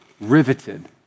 riveted